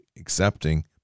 accepting